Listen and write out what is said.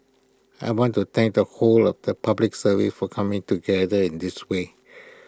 I want to thank the whole of the Public Service for coming together in this way